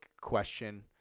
question